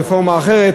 רפורמה אחרת,